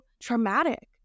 traumatic